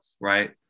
right